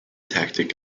tactic